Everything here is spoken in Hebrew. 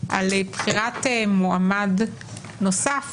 על בחירת מועמד נוסף